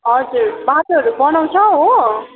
हजुर बाटोहरू बनाउँछ हो